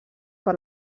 per